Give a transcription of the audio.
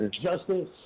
Justice